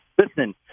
listen